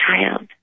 child